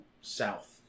south